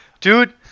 Dude